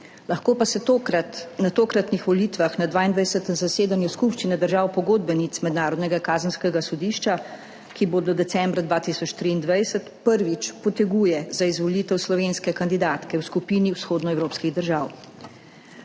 lahko pa se na tokratnih volitvah na 22. zasedanju Skupščine držav pogodbenic Mednarodnega kazenskega sodišča, ki bodo decembra 2023, prvič poteguje za izvolitev slovenske kandidatke v skupini vzhodnoevropskih držav.